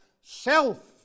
self